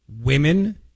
women